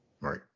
Right